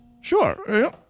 Sure